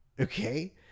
Okay